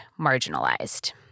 marginalized